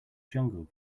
jungle